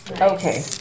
Okay